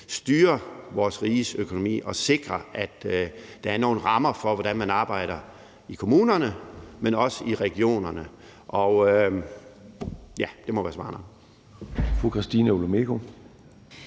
styre vores riges økonomi og sikre, at der er nogle rammer for, hvordan man arbejder både ude i kommunerne, men også i regionerne. Det må være svar nok.